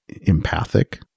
empathic